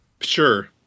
sure